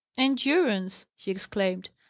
endurance! he exclaimed.